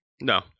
No